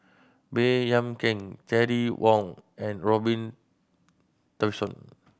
Baey Yam Keng Terry Wong and Robin Tessensohn